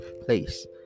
place